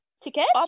Tickets